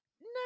no